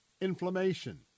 inflammation